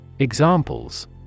Examples